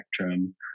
spectrum